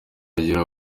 agira